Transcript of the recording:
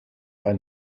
bei